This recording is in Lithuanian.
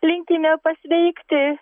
linkime pasveikti